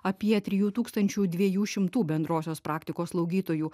apie trijų tūkstančių dviejų šimtų bendrosios praktikos slaugytojų